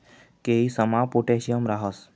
केयीसमा पोटॅशियम राहस